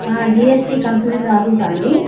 GST consulting ఆఫీసా అండి